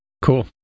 Cool